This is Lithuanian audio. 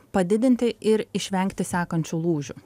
padidinti ir išvengti sekančių lūžių